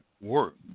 work